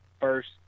first